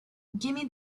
gimme